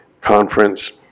Conference